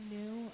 new